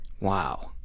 Wow